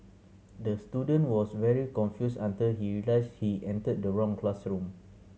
the student was very confused until he realised he entered the wrong classroom